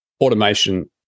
Automation